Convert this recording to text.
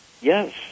Yes